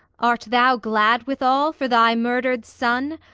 art thou glad withal for thy murdered son?